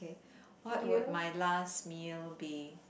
what would my last meal be